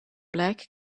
black